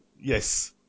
yes